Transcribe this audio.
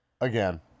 Again